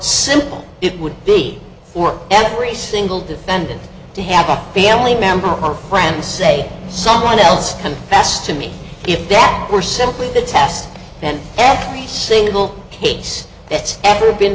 simple it would be for every single defendant to have a family member or friend say someone else and that's to me if that were simply the test then every single case that's ever been